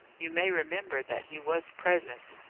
you may remember that he was present.